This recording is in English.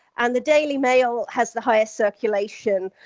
and the daily mail has the highest circulation,